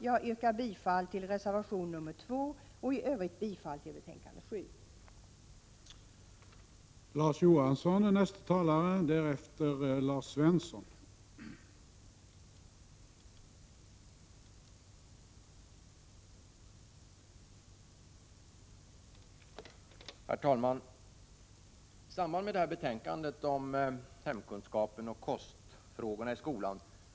Jag yrkar bifall till reservation 2 och i övrigt bifall till utbildningsutskottets hemställan i dess betänkande nr 7.